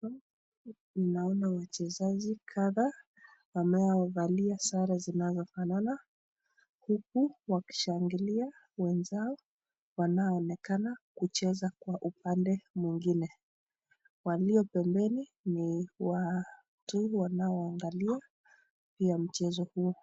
Hapa naona wachezaji kadha wanaovalia sare zinazofanana, huku wakishangilia wenzao wanaoonekana kucheza kwa upande mwingine. Walio pembeni ni watu wanaoangalia pia mchezo huo.